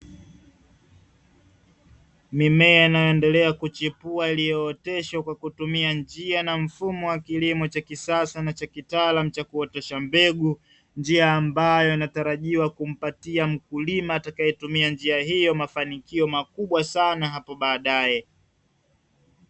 Mimea inayoendelea kuchipua iliyooteshwa kwa kutumia njia na mfumo wa kilimo cha kisasa na cha kitaalamu cha kuotesha mbegu; njia ambayo inatarajiwa kumpatia mkulima atakayetumia njia hiyo mafanikio makubwa sana hapo baadaye.